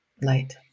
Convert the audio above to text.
light